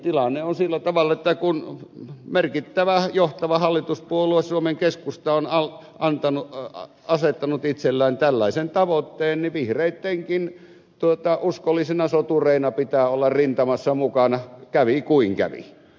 tilanne on sillä tavalla että kun merkittävä johtava hallituspuolue suomen keskusta on asettanut itselleen tällaisen tavoitteen niin vihreittenkin uskollisina sotureina pitää olla rintamassa mukana kävi kuinka kävi